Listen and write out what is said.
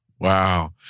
Wow